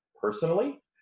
Personally